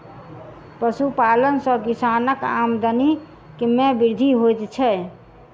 पशुपालन सॅ किसानक आमदनी मे वृद्धि होइत छै